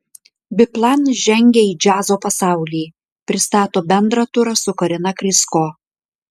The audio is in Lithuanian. biplan žengia į džiazo pasaulį pristato bendrą turą su karina krysko